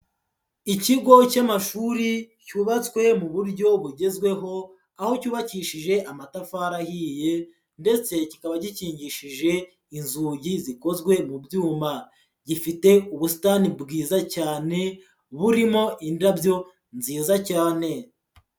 Ikigo cy'amashuri cyubatswe mu buryo bugezweho, aho cyubakishije amatafari ahiye ndetse kikaba gikingishije inzugi zikozwe mu byuma. Gifite ubusitani bwiza cyane burimo indabyo nziza cyane.